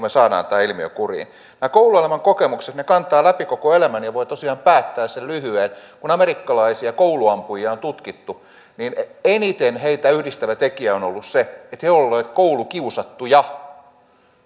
me saamme tämän ilmiön kuriin nämä kouluelämän kokemukset kantavat läpi koko elämän ja voivat tosiaan päättää sen lyhyeen kun amerikkalaisia kouluampujia on on tutkittu niin eniten heitä yhdistävä tekijä on ollut se että he ovat olleet koulukiusattuja